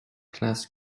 class